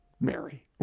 Mary